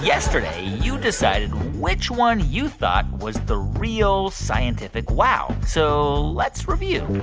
yesterday, you decided which one you thought was the real scientific wow. so let's review